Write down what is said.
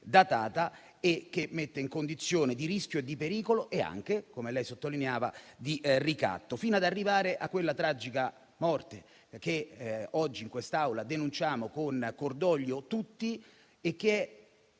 datata, e perché mette in condizione di rischio, di pericolo e anche - come lei sottolineava - di ricatto i lavoratori, fino ad arrivare a quella tragica morte, che oggi in quest'Aula denunciamo con cordoglio tutti, di cui -